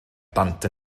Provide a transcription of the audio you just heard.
dant